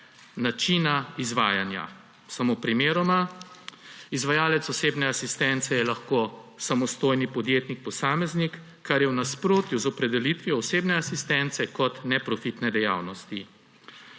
načina izvajanja. Samo primeroma, izvajalec osebne asistence je lahko samostojni podjetnik posameznik, kar je v nasprotju z opredelitvijo osebne asistence kot neprofitne dejavnosti.